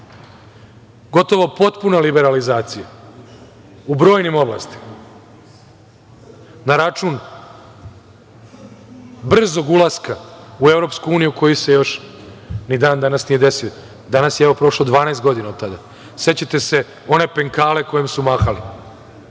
Gotovo potpuna liberalizacija u brojnim oblastima na račun brzog ulaska u EU koji se još ni dan danas nije desio. Danas je, evo, prošlo 12 godina od tada.Sećate se onog penkala kojim su mahali?